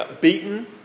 beaten